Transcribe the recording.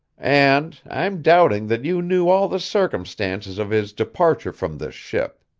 and i'm doubting that you knew all the circumstances of his departure from this ship.